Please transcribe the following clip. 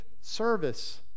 service